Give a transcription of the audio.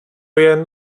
jen